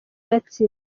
gatsibo